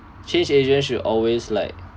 change agents should always like